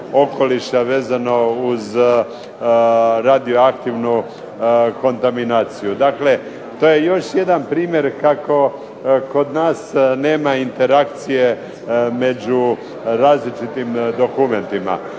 vezano uz radioaktivnu kontaminaciju. Dakle, to je još jedan primjer kako kod nas nema interakcije među različitim dokumentima.